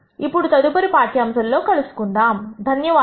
ఇప్పుడు తదుపరి పాఠ్యాంశము లో కలుసుకుందాము